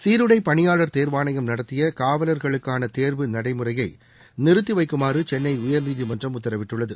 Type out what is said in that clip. சீருடைப் பணியாளர் தேர்வாணையம் நடத்திய காவலர்களுக்கான தேர்வு நடைமுறையை நிறுத்தி வைக்க சென்னை உயர்நீதிமன்றம் உத்தரவிட்டுள்ளது